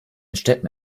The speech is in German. städten